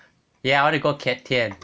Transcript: ya I want to go kiat tian